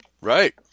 Right